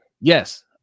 Yes